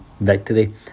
victory